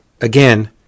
again